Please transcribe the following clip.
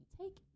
Take